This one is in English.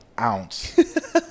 ounce